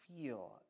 feel